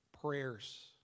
prayers